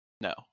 No